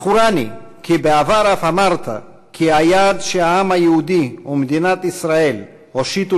זכורני כי בעבר אמרת כי היד שהעם היהודי ומדינת ישראל הושיטו